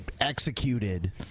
executed